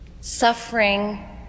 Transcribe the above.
Suffering